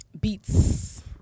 Beats